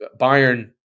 Bayern